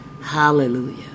Hallelujah